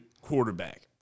quarterback